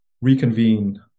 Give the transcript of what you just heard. reconvene